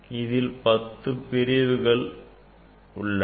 இதில் பத்துப் பிரிவுகள் உள்ளது